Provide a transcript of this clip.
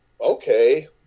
Okay